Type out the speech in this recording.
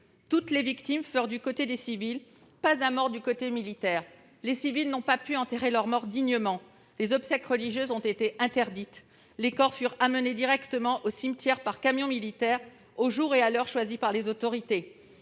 toutes les victimes furent des civils, on ne déplora pas un mort chez les militaires. Les civils n'ont pas pu enterrer leurs morts dignement ; les obsèques religieuses ont été interdites ; les corps furent convoyés directement au cimetière par camions militaires au jour et à l'heure choisis par les autorités.